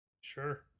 Sure